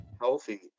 healthy